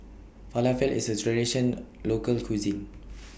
Falafel IS A Traditional Local Cuisine